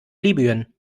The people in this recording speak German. libyen